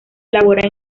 elabora